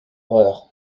horreur